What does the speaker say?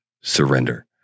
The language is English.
surrender